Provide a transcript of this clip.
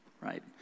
right